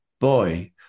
Boy